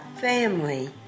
family